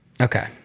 Okay